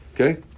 Okay